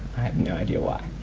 no idea why.